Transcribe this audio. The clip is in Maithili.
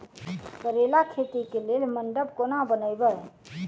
करेला खेती कऽ लेल मंडप केना बनैबे?